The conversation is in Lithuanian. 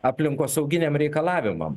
aplinkosauginiam reikalavimam